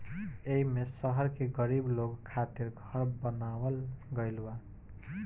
एईमे शहर के गरीब लोग खातिर घर बनावल गइल बा